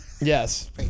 Yes